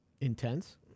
intense